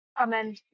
Amen